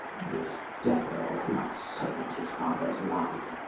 this devil who had sold his father's life,